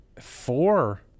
four